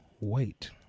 Wait